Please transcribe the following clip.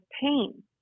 pain